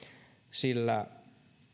sillä